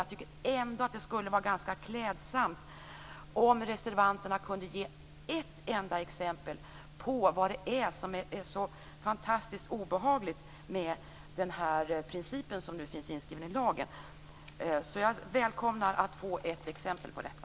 Jag tycker ändå att det skulle vara ganska klädsamt om reservanterna kunde ge ett enda exempel på vad det är som är så fantastiskt obehagligt med den princip som nu finns inskriven i lagen. Jag välkomnar att få ett exempel på detta.